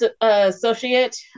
associate